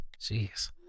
jeez